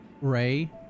Ray